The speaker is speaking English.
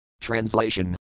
Translation